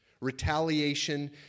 retaliation